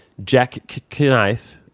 jackknife